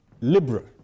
liberal